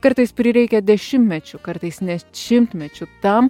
kartais prireikia dešimtmečių kartais net šimtmečių tam